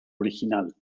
original